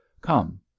Come